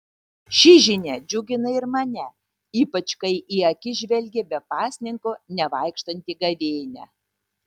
ši žinia džiugina ir mane ypač kai į akis žvelgia be pasninko nevaikštanti gavėnia